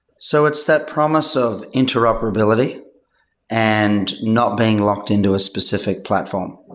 so it's that promise of interoperability and not being locked into a specific platform.